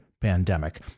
pandemic